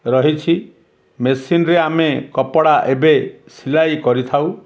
ରହିଛି ମେସିନ୍ରେ ଆମେ କପଡ଼ା ଏବେ ସିଲେଇ କରିଥାଉ